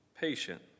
patient